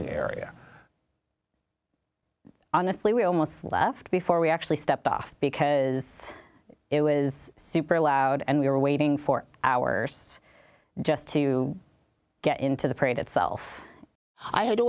g area honestly we almost left before we actually stepped off because it was super loud and we were waiting for hours just to get into the parade itself i had